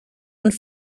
und